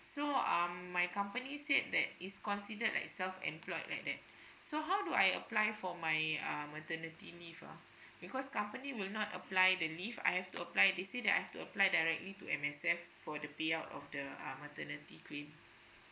so um my company said that is considered like self employed like that so how do I apply for my uh maternity leave ah because company will not apply the leave I have to apply they say that I have to apply directly to M_S_F for the payout of the uh maternity claim